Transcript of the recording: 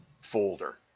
folder